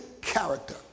character